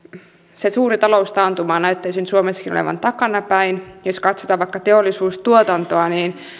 se suuri taloustaantuma näyttäisi nyt suomessakin olevan takanapäin jos katsotaan vaikka teollisuustuotantoa